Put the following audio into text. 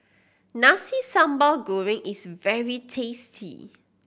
Nasi Sambal Goreng is very tasty